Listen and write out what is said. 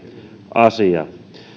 asia